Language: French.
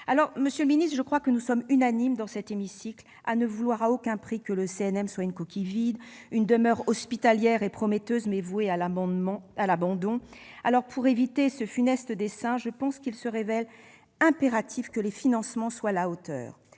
... Monsieur le ministre, je crois que nous sommes unanimes, dans cet hémicycle, à ne vouloir à aucun prix que le CNM soit une coquille vide, une demeure hospitalière et prometteuse, mais vouée à l'abandon. Pour éviter ce funeste destin, il est impératif que les financements soient à la hauteur.